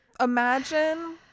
imagine